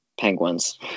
Penguins